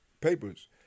papers